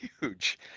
huge